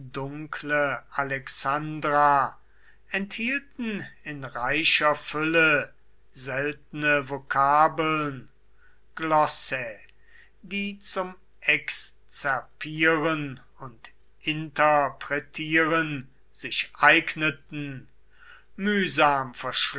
alexandra enthielten in reicher fülle seltene vokabeln glossae die zum exzerpieren und interpretieren sich eigneten mühsam